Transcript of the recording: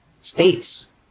states